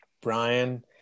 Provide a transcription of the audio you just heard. Brian